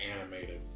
animated